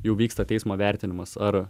jau vyksta teismo vertinimas ar